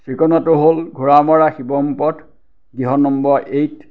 ঠিকনাটো হ'ল ঘোঁৰামৰা শিৱম পথ গৃহ নম্বৰ এইট